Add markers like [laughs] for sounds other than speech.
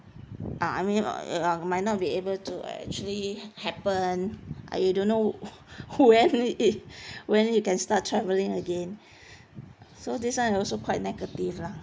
uh I mean [noise] might not be able to actually happen I don't know [laughs] when it [breath] when you can start travelling again [breath] so this it one also quite negative lah